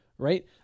Right